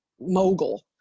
mogul